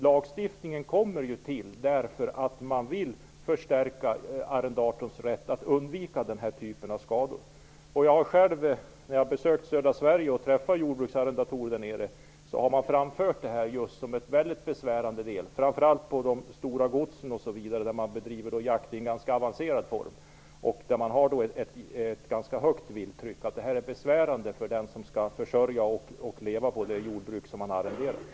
Lagstiftningen kommer till därför att man vill förstärka arrendatorns rätt att undvika denna typ av skador. Jag har själv besökt södra Sverige och träffat jordbruksarrendatorer. Man har framfört detta problem som väldigt besvärande, framför allt på de stora godsen där man bedriver jakt i en ganska avancerad form och där vilttrycket är ganska högt. Det är besvärande för dem som skall leva på det jordbruk som man har arrenderat.